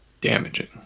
damaging